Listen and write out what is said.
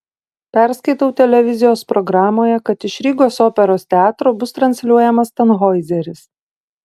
perskaitau televizijos programoje kad iš rygos operos teatro bus transliuojamas tanhoizeris